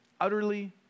utterly